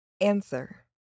Answer